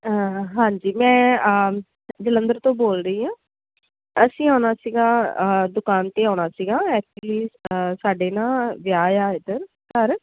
ਹਾਂਜੀ ਮੈਂ ਜਲੰਧਰ ਤੋਂ ਬੋਲਦੀ ਹਾਂ ਅਸੀਂ ਆਉਣਾ ਸੀਗਾ ਦੁਕਾਨ 'ਤੇ ਆਉਣਾ ਸੀਗਾ ਐਕਚੁਲੀ ਸਾਡੇ ਨਾ ਵਿਆਹ ਆ ਇਧਰ ਘਰ